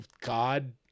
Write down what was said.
God